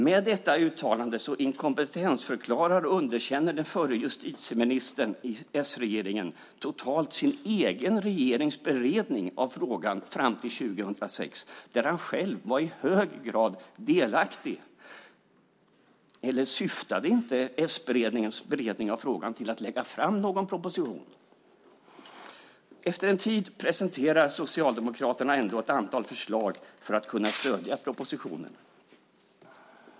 Med dessa uttalanden inkompetensförklarar och underkänner den förre justitieministern i s-regeringen totalt sin egen regerings beredning av frågan fram till 2006, där han själv var i hög grad delaktig. Eller syftade inte s-regeringens beredning av frågan till att lägga fram någon proposition? Efter en tid presenterar Socialdemokraterna ändå ett antal förslag för att kunna stödja propositionen.